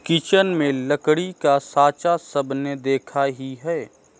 kitchen में लकड़ी का साँचा सबने देखा ही है